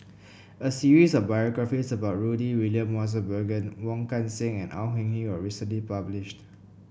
a series of biographies about Rudy William Mosbergen Wong Kan Seng and Au Hing Yee was recently published